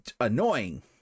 annoying